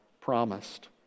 promised